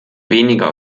weniger